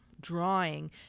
drawing